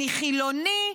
אני חילוני.